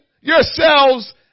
yourselves